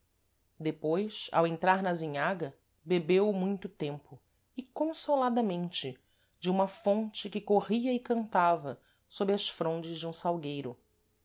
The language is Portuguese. depois ao entrar na azinhaga bebeu muito tempo e consoladamente de uma fonte que corria e cantava sob as frondes de um salgueiro